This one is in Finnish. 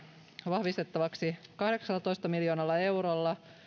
vahvistettavaksi kahdeksallatoista miljoonalla eurolla